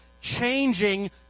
changing